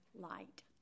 light